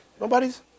Nobody's